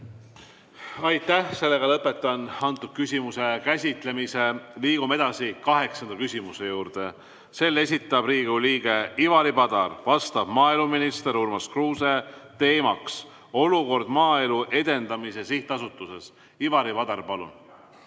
Aitäh! Lõpetan selle küsimuse käsitlemise. Liigume edasi kaheksanda küsimuse juurde. Selle esitab Riigikogu liige Ivari Padar, vastab maaeluminister Urmas Kruuse. Teemaks on olukord Maaelu Edendamise Sihtasutuses. Ivari Padar, palun!